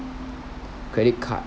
credit card